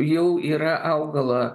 jau yra augalo